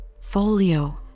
Folio